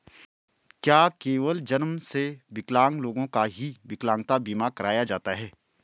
क्या केवल जन्म से विकलांग लोगों का ही विकलांगता बीमा कराया जाता है?